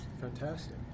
Fantastic